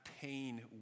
pain